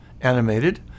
animated